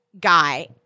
guy